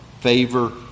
favor